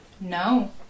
No